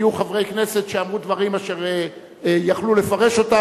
היו חברי כנסת שאמרו דברים שהיה אפשר לפרש אותם,